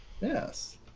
Yes